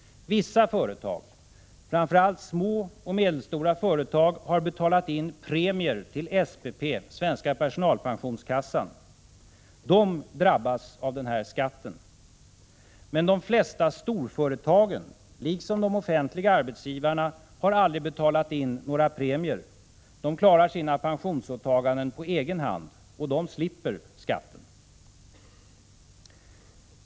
Vissa företag, framför allt små och medelstora företag, har betalat in premier till SPP, Svenska Personal-Pensionskassan. De drabbas av skatten. Men de flesta storföretagen liksom de offentliga arbetsgivarna har aldrig betalat in några premier. De klarar sina pensionsåtaganden på egen hand, och de slipper skatten.